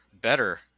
better